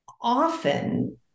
Often